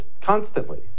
constantly